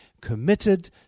committed